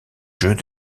jeux